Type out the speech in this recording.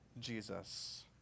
Jesus